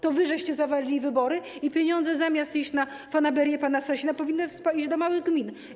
To wy zawaliliście wybory i pieniądze, zamiast iść na fanaberie pana Sasina, powinny iść do małych gmin.